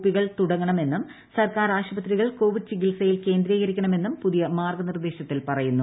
P കൾ തുടങ്ങണമെന്നും സർക്കാർ ആശുപത്രികൾ ക്കോപ്പിഡ് ചികിത്സയിൽ കേന്ദ്രീകരിക്കണമെന്നും പ്പുതിയ മാർഗ്ഗ നിർദേശത്തിൽ പറയുന്നു